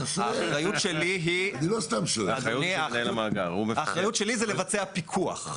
האחריות שלי זה לבצע פיקוח.